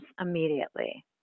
immediately